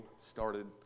started